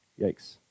Yikes